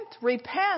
repent